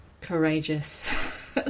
courageous